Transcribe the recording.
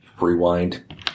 Rewind